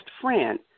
friend